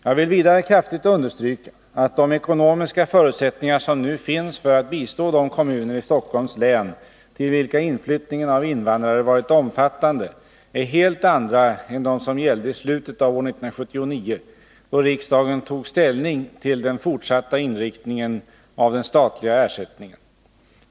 Jag vill vidare kraftigt understryka att de ekonomiska förutsättningar som nu finns för att bistå de kommuner i Stockholms län till vilka inflyttningen av invandrare varit omfattande är helt andra än de som gällde i slutet av år 1979, då riksdagen tog ställning till den fortsatta inriktningen av den statliga ersättningen.